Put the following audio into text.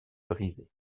brisé